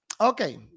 Okay